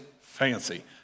fancy